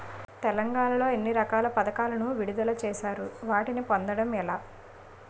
తెలంగాణ లో ఎన్ని రకాల పథకాలను విడుదల చేశారు? వాటిని పొందడం ఎలా?